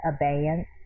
abeyance